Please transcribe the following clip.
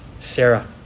Sarah